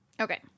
Okay